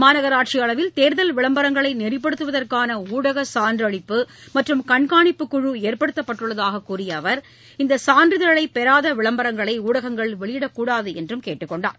மாநகராட்சி அளவில் தேர்தல் விளம்பரங்களை நெறிப்படுத்துவதற்கான ஊடக சான்றளிப்பு மற்றும் கண்காணிப்பு குழு ஏற்படுத்தப்பட்டுள்ளதாக கூறிய அவர் இந்த சான்றிதழை பெறாத விளம்பரங்களை ஊடகங்கள் வெளியிடக்கூடாது என்றும் கேட்டுக்கொண்டார்